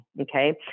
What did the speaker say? Okay